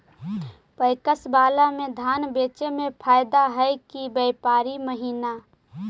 PACS बाला में धान बेचे मे फायदा है कि व्यापारी महिना?